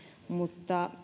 mutta